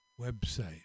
website